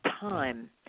time